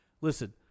listen